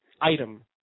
item